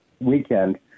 weekend